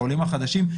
העולים החדשים,